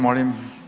Molim.